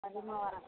மதியமாக வரேன்